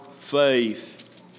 faith